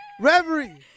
Reverie